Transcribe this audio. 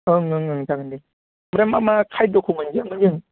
ओं ओं ओं जागोन दे ओमफ्राय मा मा खायद'खौ मोनजायामोन जों